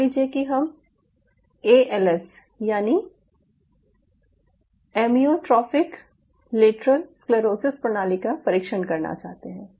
मान लीजिये कि हम एएलएस यानि एमियोट्रोफिक लेटरल स्क्लेरोसिस प्रणाली का परीक्षण करना चाहते हैं